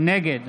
נגד